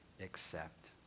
accept